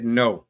no